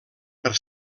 per